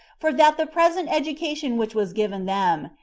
for that the present education which was given them,